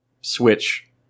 switch